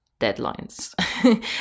deadlines